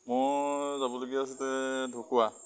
মোৰ যাবলগীয়া আছিলে ঢকুৱা